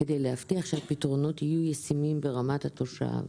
כדי להבטיח שהפתרונות יהיו ישימים ברמת התושב.